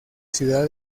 ciudad